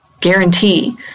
guarantee